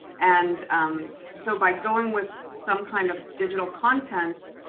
and so by going with some kind of digital content,